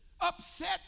Upset